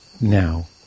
now